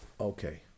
Okay